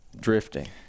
drifting